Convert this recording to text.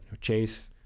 Chase